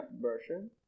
version